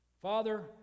Father